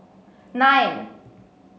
nine